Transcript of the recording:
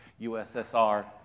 USSR